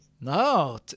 No